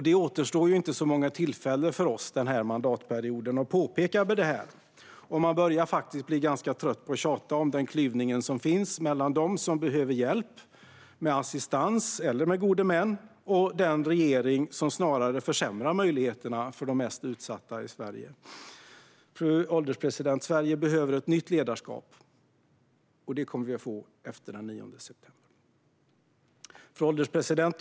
Det återstår inte så många tillfällen för oss att påpeka detta under den här mandatperioden. Man börjar faktiskt bli ganska trött på att tjata om den klyvning som finns mellan dem som behöver hjälp med assistans eller gode män och den regering som snarare försämrar möjligheterna för de mest utsatta i Sverige. Fru ålderspresident! Sverige behöver ett nytt ledarskap, och det kommer vi att få efter den 9 september. Fru ålderspresident!